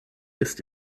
ist